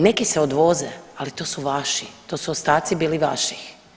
Neki se odvoze, ali to su vaši, to su ostaci bili vaših.